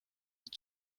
and